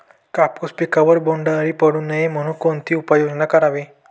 कापूस पिकावर बोंडअळी पडू नये म्हणून कोणती उपाययोजना करावी?